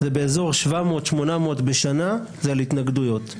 כ-800-700 בשנה זה על התנגדויות.